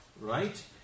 right